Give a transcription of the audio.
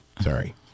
sorry